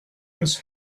his